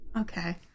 Okay